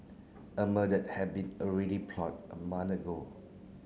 a murder had be already plotted a month ago